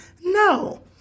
No